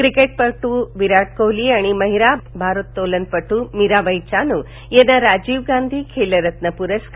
क्रिकेटपटू विराट कोहली आणि महिला भारोत्तोलनपटू मीराबाई चानू यांना राजीव गांधी खेलरत्न पुरस्कार